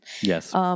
Yes